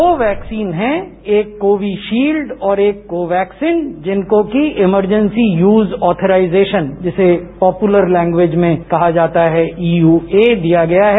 दो वैक्सीन है एक कोविशील्ड और एक को वैक्सीन जिनको की इमरजेंसी यूज ऑथिराइजेशन जिसे पॉप्रलर लैंग्वेज में कहा जाता है ईयूए दिया गया है